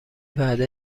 وعده